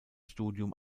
studium